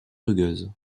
rugueuse